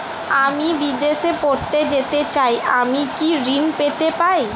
আমি বিদেশে পড়তে যেতে চাই আমি কি ঋণ পেতে পারি?